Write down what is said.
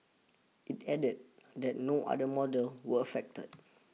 it added that no other model were affected